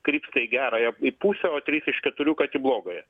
krypsta į gerąją į pusę o trys iš keturių į blogąją